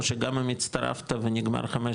או שגם אם הצטרפת ונגמר 15,